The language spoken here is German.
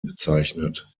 bezeichnet